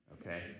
Okay